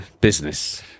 business